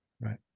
Right